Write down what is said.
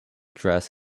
dress